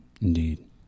Indeed